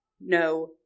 no